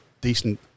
decent